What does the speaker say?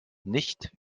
nicht